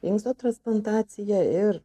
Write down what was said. inksto transplantacija ir